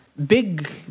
Big